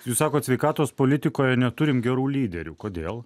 jūs sakoe sveikatos politikoje neturim gerų lyderių kodėl